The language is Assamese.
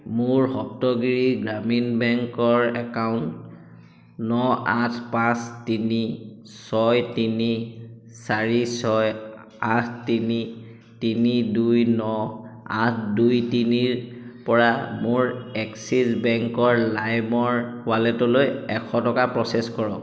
মোৰ সপ্তগিৰি গ্ৰামীণ বেংকৰ একাউণ্ট ন আঠ পাঁচ তিনি ছয় তিনি চাৰি ছয় আঠ তিনি তিনি দুই ন আঠ দুই তিনি ৰ পৰা মোৰ এক্সিছ বেংকৰ লাইমৰ ৱালেটলৈ এশ টকা প্ৰ'চেছ কৰক